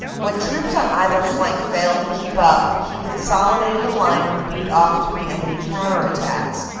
when troops on either flank failed to keep up he consolidated a line and beat off three enemy counter-attacks.